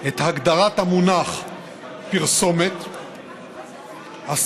את הגדרת המונח "פרסומת אסורה"